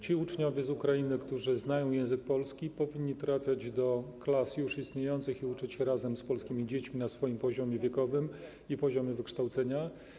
Ci uczniowie z Ukrainy, którzy znają język polski, powinni trafiać do klas już istniejących i uczyć się razem z polskimi dziećmi na swoim poziomie wiekowym i poziomie wykształcenia.